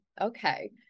Okay